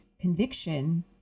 conviction